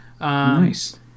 Nice